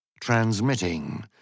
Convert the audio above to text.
transmitting